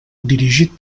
dirigit